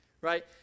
right